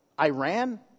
Iran